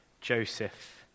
Joseph